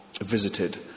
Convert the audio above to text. visited